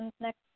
next